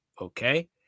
Okay